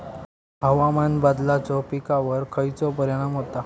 हवामान बदलाचो पिकावर खयचो परिणाम होता?